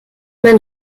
man